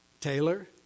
Taylor